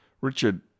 Richard